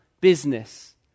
business